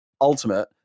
ultimate